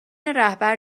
رهبر